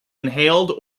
inhaled